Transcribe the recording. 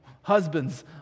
husbands